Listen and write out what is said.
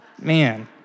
man